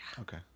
okay